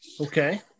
Okay